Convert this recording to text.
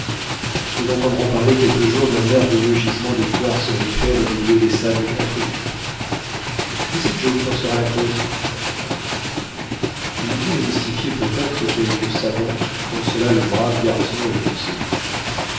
nous entendrons parler quelque jour d'un merveilleux gisement de quartz aurifère au milieu des sables de l'afrique et c'est joe qui en sera la cause l'idée de mystifier peut-être quelque savant consola le brave garçon et le fit sourire